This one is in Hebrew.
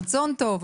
רצון טוב,